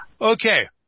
Okay